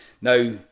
Now